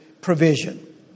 provision